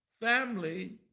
Family